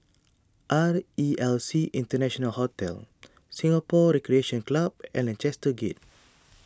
R E L C International Hotel Singapore Recreation Club and Lancaster Gate